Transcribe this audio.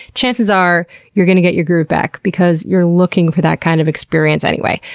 chances are you're gonna get your groove back because you're looking for that kind of experience anyway.